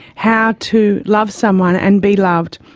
how to love someone and be loved.